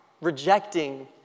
rejecting